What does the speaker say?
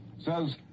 says